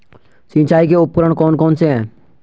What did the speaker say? सिंचाई के उपकरण कौन कौन से हैं?